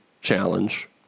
challenge